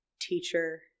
teacher